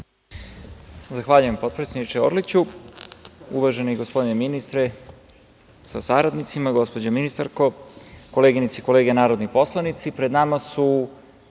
Zahvaljujem, potpredsedniče Orliću. Uvaženi gospodine ministre sa saradnicima, gospođo ministarko, koleginice i kolege narodni poslanici, pred nama su